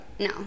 no